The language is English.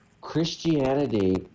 Christianity